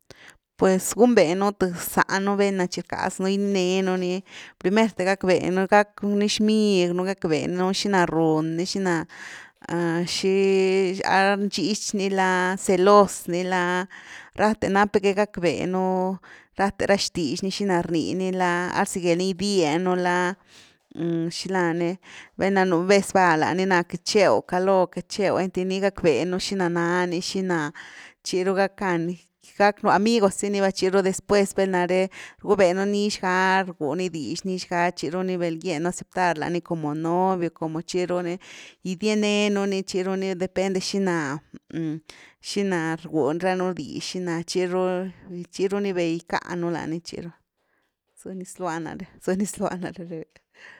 Pues gunbe nu th zanu, valna tchi rcaz nú gininenu ni, primerte gackbenu gack ni xmigu nu, gack be nú xina run ni, xina xi a nxitch la celos ni la, rathe nap’nu que gackbenú rathe ra xtix ni xina rnii ni la, arzigel ni gidienu, la xila ni velna nú vez va lani nani queity chew caloo, queity chew, einty ni gack ve nú xina nani, xina, tchi ru gackan gacknu amigos zy ni va, tchiru después vel nare rgube nú nix ga ni rgwëni dix, nixga tchiru ni vel gienu aceptar lani como novio, como chiru ni gidienenu ni chiru depende xina-xina rgui ra nú dix, xina tchiru-tchiru ni vel gicka nú lani tchiru, zëni zlua nare, zëni zlua nare, revía.